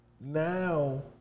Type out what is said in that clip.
Now